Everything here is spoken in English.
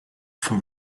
for